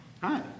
Hi